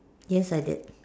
yes I did